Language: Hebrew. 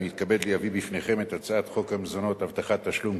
אני מתכבד להביא בפניכם את הצעת חוק המזונות (הבטחת תשלום)